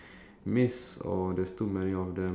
I'll definitely find food and